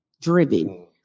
driven